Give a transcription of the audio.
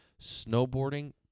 snowboarding